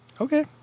Okay